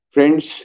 Friends